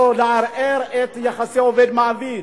או לערער את יחסי עובד מעביד,